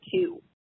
two